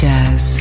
Jazz